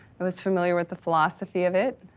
i was familiar with the philosophy of it.